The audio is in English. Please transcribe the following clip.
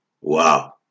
Wow